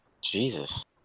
Jesus